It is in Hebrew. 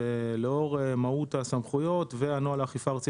ולאור מהות הסמכויות ונוהל האכיפה הארצי